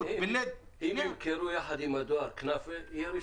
אם ימכרו יחד עם הדואר כנאפה, יהיה רווחי.